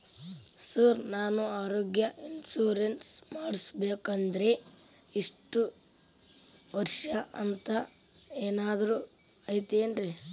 Sir ನಾನು ಆರೋಗ್ಯ insurance ಮಾಡಿಸ್ಬೇಕಂದ್ರೆ ಇಷ್ಟ ವರ್ಷ ಅಂಥ ಏನಾದ್ರು ಐತೇನ್ರೇ?